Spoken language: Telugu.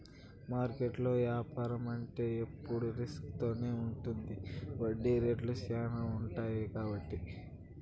మార్కెట్లో యాపారం అంటే ఎప్పుడు రిస్క్ తోనే ఉంటది వడ్డీ రేట్లు శ్యానా ఉంటాయి కాబట్టి